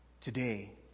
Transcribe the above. today